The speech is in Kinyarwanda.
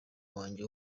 wanjye